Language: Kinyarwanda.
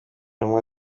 intumwa